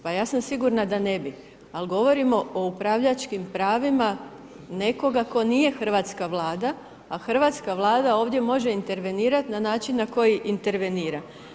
Pa ja sam sigurna da ne bi, ali govorimo o upravljačkim pravima nekoga tko nije hrvatska Vlada, a hrvatska Vlada ovdje može intervenirati na način na koji intervenira.